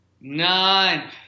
Nine